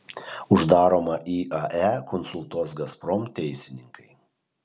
uždaromą iae konsultuos gazprom teisininkai